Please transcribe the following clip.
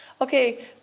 Okay